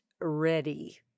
ready